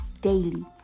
Daily